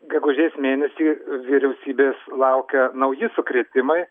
gegužės mėnesį vyriausybės laukia nauji sukrėtimai